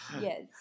Yes